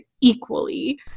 equally